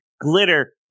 Glitter